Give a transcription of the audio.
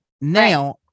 Now